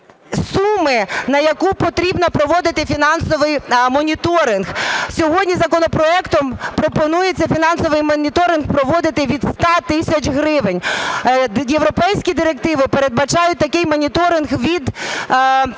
суми, на яку потрібно проводити фінансовий моніторинг. Сьогодні законопроектом пропонується фінансовий моніторинг проводити від 100 тисяч гривень. Європейські директиви передбачають такий моніторинг від